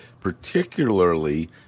particularly